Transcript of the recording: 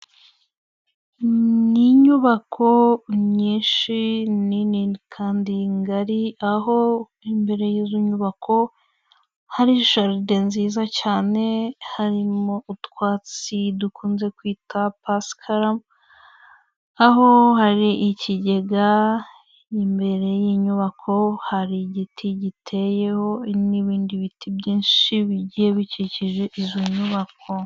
Ni inyubako nyinshi nini kandi ngari, aho imbere y'izo nyubako hari jaride nziza cyane harimo utwatsi dukunze kwita pasikaramu, aho hari ikigega imbere y'inyubako hari igiti giteyeho n'ibindi biti byinshi bigiye bikikije izo nyubako.